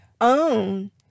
own